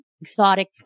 exotic